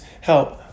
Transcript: help